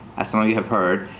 as some of you have heard.